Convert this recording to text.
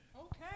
Okay